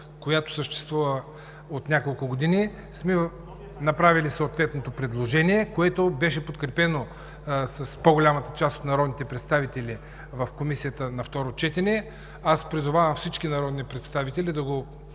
която съществува от няколко години, сме направили съответното предложение, което беше подкрепено от по-голямата част от народните представители на второ четене в Комисията. Призовавам всички народни представители да го